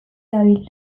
dabil